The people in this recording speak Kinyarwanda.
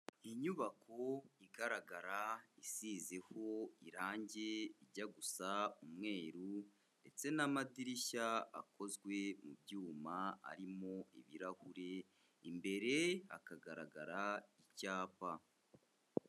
Inyubako igaragara isizeho irange rijya gusa umweru ndetse n'amadirishya akozwe mu byuma arimo ibirahure, imbere hakagaragara icyapa.